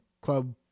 club